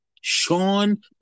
Sean